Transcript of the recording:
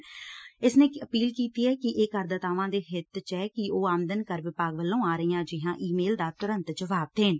ਸੀ B D T ਨੇ ਅਪੀਲ ਕੀਤੀ ਐ ਕਿ ਇਹ ਕਰ ਦਾਤਾਵਾਂ ਦੇ ਹਿੱਤ ਚ ਐ ਕਿ ਉਹ ਆਮਦਨ ਕਰ ਵਿਭਾਗ ਵੱਲੋਂ ਆ ਰਹੀਆਂ ਅਜਿਹੀਆਂ ਈ ਮੇਲ ਦਾ ਤੁਰੰਤ ਜਵਾਬ ਦੇਣ